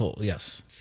yes